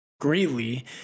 greatly